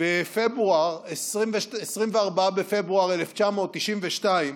ב-14 בפברואר 1992,